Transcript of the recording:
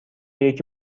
یکی